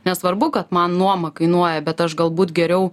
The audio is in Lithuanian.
nesvarbu kad man nuoma kainuoja bet aš galbūt geriau